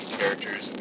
characters